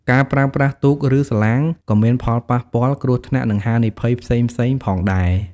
ការប្រើប្រាស់ទូក ឬសាឡាងក៏មានផលប៉ះពាល់ គ្រោះថ្នាក់ និងហានិភ័យផ្សេងៗផងដែរ។